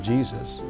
Jesus